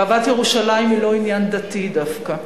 אהבת ירושלים היא לא עניין דתי דווקא,